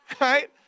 right